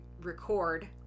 record